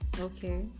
Okay